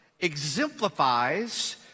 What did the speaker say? exemplifies